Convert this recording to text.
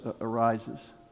arises